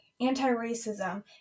anti-racism